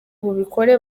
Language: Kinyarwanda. bubikore